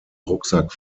rucksack